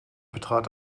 betrat